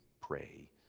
pray